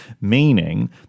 meaning